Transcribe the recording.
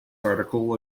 article